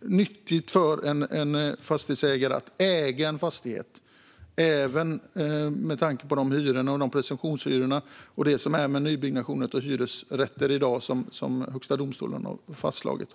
nyttigt för en fastighetsägare att äga en fastighet, även med tanke på hyror, presumtionshyror och det som gäller för nybyggnation av hyresrätter i dag, som Högsta domstolen har fastslagit.